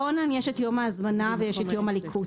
באונליין יש את יום ההזמנה ויש את יום הליקוט.